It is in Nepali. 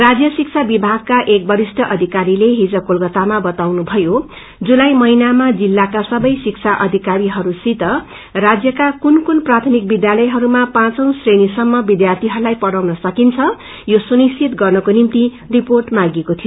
राज्य शिक्षा विभागका एक वरिष्ठ अधिक्परीले हिज कोलकातामा बताउनुभयो जुलाई महीनामा जिल्लाका सबै शिक्षा अधिकारीहरूसित राज्यका कुनकुन प्राथमिक विध्यातयहरूमा पाँचौ श्रेणीसम्म विध्यार्थीहरूलाई पढ़ाउन सकिन्छ यो सुनिश्चित गर्नको निम्ति रिर्पोट माँगिएको थियो